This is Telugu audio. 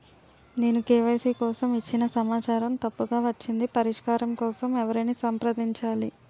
నేను కే.వై.సీ కోసం ఇచ్చిన సమాచారం తప్పుగా వచ్చింది పరిష్కారం కోసం ఎవరిని సంప్రదించాలి?